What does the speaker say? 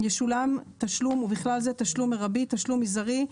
ישולם תשלום, ובכלל זה תשלום מרבי או תשלום מזערי,